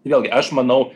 vėlgi aš manau